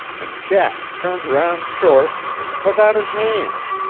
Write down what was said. and jack turned round short, and put out his hand.